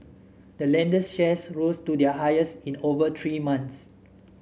the lender's shares rose to their highest in over three months